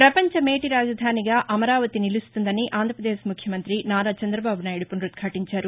పవంచ వేటి రాజధానిగా అమరావతి నిలున్తుందని ఆంధ్రావదేశ్ ముఖ్యమంతి నారా చంద్రబాబునాయుడు పునరుదాటించారు